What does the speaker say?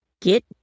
get